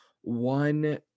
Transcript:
one